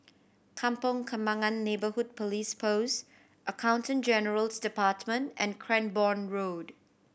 Kampong Kembangan Neighbourhood Police Post Accountant General's Department and Cranborne Road